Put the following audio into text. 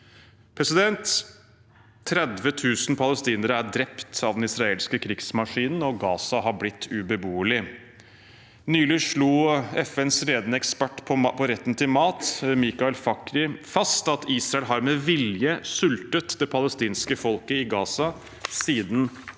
stat. 30 000 palestinere er drept av den israelske krigsmaskinen, og Gaza har blitt ubeboelig. Nylig slo FNs ledende ekspert på retten til mat, Michael Fakhri, fast at Israel med vilje har sultet det palestinske folket i Gaza siden 8.